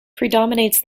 predominates